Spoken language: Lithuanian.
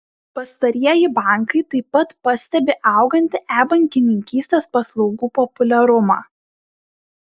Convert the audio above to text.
pastarieji bankai taip pat pastebi augantį e bankininkystės paslaugų populiarumą